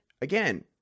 again